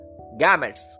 gametes